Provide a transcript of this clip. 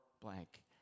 blank